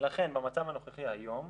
לכן במצב הנוכחי היום,